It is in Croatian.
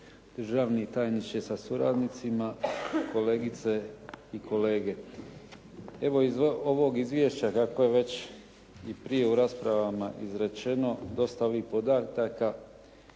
Državni tajniče sa suradnicima, kolegice i kolege. Evo iz ovog izvješća koje je već i prije u raspravama izrečeno, dosta ovih podataka,